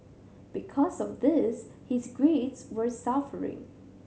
because of this his grades were suffering